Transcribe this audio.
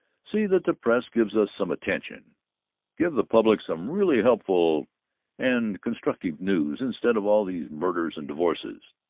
see that the press gives us some attention give the public some really helpful and constructive news instead of all these murders and divorces.